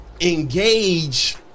engage